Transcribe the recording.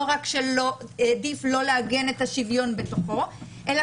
לא רק שהעדיף לא לעגן את השוויון בתוכו אלא